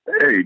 Hey